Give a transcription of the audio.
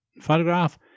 photograph